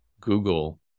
Google